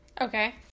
Okay